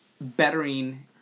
bettering